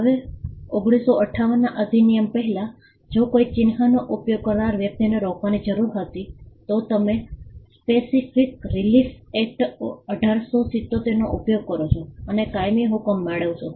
હવે 1958 ના અધિનિયમ પહેલાં જો કોઈ ચિહ્નનો ઉપયોગ કરનાર વ્યક્તિને રોકવાની જરૂર હતી તો તમે સ્પેસિફિક રિલીફ એક્ટ 1877 નો ઉપયોગ કરો છો અને કાયમી હુકમ મેળવશો